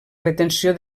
retenció